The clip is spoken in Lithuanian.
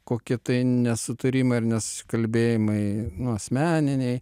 kokie tai nesutarimai ar nesusikalbėjimai nu asmeniniai